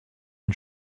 une